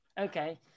Okay